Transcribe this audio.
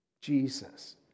Jesus